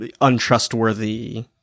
untrustworthy